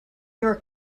york